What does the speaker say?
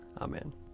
Amen